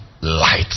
light